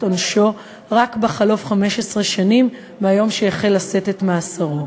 עונשו רק בחלוף 15 שנים מהיום שהחל לשאת את מאסרו.